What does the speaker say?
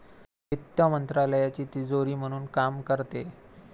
वित्त मंत्रालयाची तिजोरी म्हणून काम करते